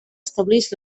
establix